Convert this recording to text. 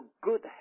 good